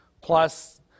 plus